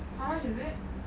how much is it